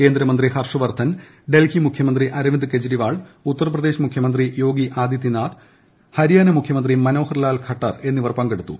കേന്ദ്രമന്ത്രി ഹർഷ് വർദ്ധൻ ഡൽഹി മുഖ്യമന്ത്രി അരവിന്ദ് കേജ്രിവാൾ ഉത്തർപ്രദേശ് മുഖ്യമന്ത്രി യോഗി ആദിത്യനാഥ് ഹരിയാന മുഖ്യമന്ത്രി മനോഹർ ലാൽ ഘട്ടർ എന്നിവർ പങ്കെടുത്തു